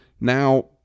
Now